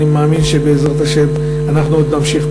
אני מאמין שבעזרת השם אנחנו עוד נמשיך,